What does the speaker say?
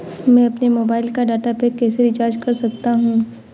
मैं अपने मोबाइल का डाटा पैक कैसे रीचार्ज कर सकता हूँ?